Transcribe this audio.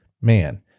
man